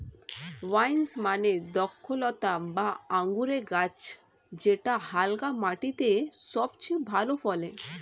vines মানে দ্রক্ষলতা বা আঙুরের গাছ যেটা হালকা মাটিতে সবচেয়ে ভালো ফলে